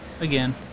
Again